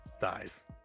dies